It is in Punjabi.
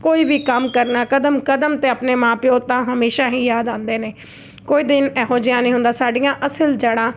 ਕੋਈ ਵੀ ਕੰਮ ਕਰਨਾ ਕਦਮ ਕਦਮ 'ਤੇ ਆਪਣੇ ਮਾਂ ਪਿਓ ਤਾਂ ਹਮੇਸ਼ਾ ਹੀ ਯਾਦ ਆਉਂਦੇ ਨੇ ਕੋਈ ਦਿਨ ਇਹੋ ਜਿਹਾ ਨਹੀਂ ਹੁੰਦਾ ਸਾਡੀਆਂ ਅਸਲ ਜੜ੍ਹਾਂ